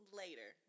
later